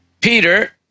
Peter